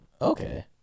Okay